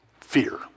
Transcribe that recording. Fear